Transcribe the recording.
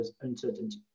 uncertainty